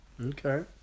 Okay